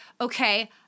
okay